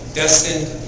destined